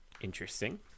Interesting